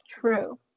True